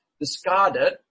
discarded